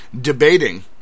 debating